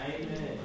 Amen